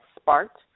sparked